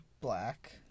black